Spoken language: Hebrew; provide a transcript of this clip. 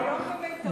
הוא היום במיטבו.